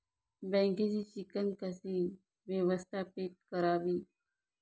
बँकेची चिकण कशी व्यवस्थापित करावी?